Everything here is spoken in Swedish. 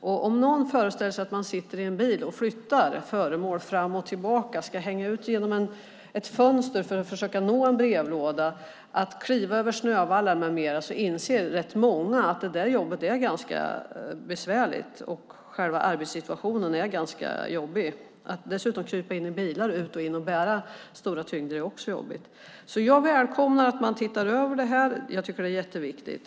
Om man föreställer sig att man sitter i en bil och flyttar föremål fram och tillbaka, att man ska hänga ut genom ett fönster för att försöka nå en brevlåda, att man ska kliva över snövallar med mera inser rätt många att det jobbet är ganska besvärligt och att själva arbetssituationen är ganska jobbig. Att dessutom krypa in i och ut ur bilar och bära tunga saker är också jobbigt. Jag välkomnar att man tittar över detta. Jag tycker att det är jätteviktigt.